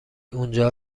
اونجا